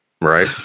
Right